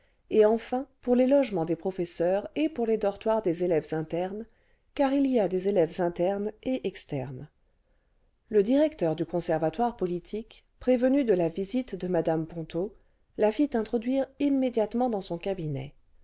et enfin pour les logements des professeurs et pour les dortoirs des élèves internes car il y a des élèves internes et externes le directeur du conservatoire politique prévenu de la visite de mme ponto la fit introduire immédiatement dans son cabinet